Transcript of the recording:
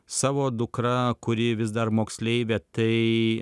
savo dukra kuri vis dar moksleivė tai